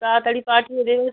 তাড়াতাড়ি পাঠিয়ে দেবেন